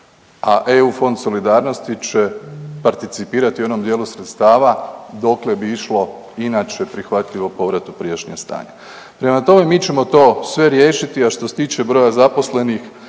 a EU fond solidarnosti će participirati u onom dijelu sredstava dokle bi išlo inače prihvatljivo u povratu prijašnje stanje. Prema tome, mi ćemo to sve riješiti, a što se tiče broja zaposlenih